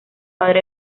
padre